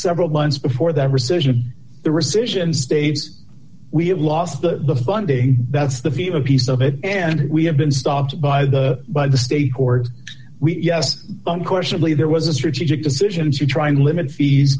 several months before that rescission the rescission staves we have lost the funding that's the viva piece of it and we have been stopped by the by the state court yes unquestionably there was a strategic decision to try and limit fees